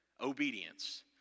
obedience